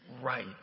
right